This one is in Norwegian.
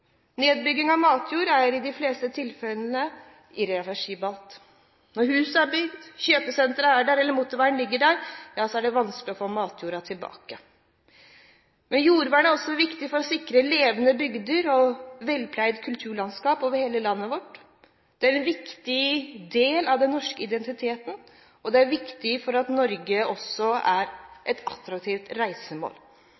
av matjord er i de fleste tilfellene irreversibel. Når huset er bygd, kjøpesenteret er der, eller motorveien ligger der, er det vanskelig å få matjorden tilbake. Jordvern er også viktig for å sikre levende bygder og et velpleid kulturlandskap over hele landet vårt. Det er en viktig del av den norske identiteten, og det er viktig for at Norge også er